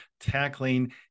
tackling